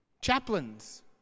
Chaplains